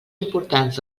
importants